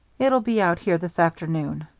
it'll be out here this afternoon.